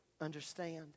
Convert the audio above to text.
understand